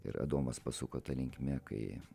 ir adomas pasuko ta linkme kai